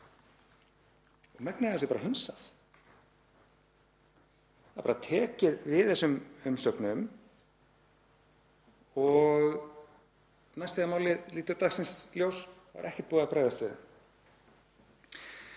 af þessu er bara hunsað. Það er bara tekið við þessum umsögnum og næst þegar málið lítur dagsins ljós er ekkert búið að bregðast við